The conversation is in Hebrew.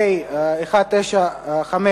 פ/195,